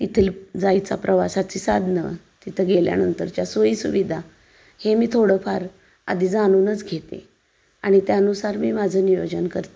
तेथील जायचा प्रवासाची साधनं तिथं गेल्यानंतरच्या सोयीसुविधा हे मी थोडंफार आधी जाणूनच घेते आणि त्यानुसार मी माझं नियोजन करते